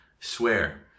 Swear